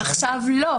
עכשיו לא.